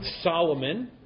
Solomon